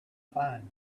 fine